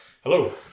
Hello